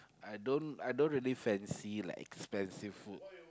I don't I don't really fancy like expensive food